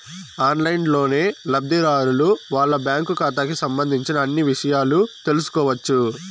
ఆన్లైన్లోనే లబ్ధిదారులు వాళ్ళ బ్యాంకు ఖాతాకి సంబంధించిన అన్ని ఇషయాలు తెలుసుకోవచ్చు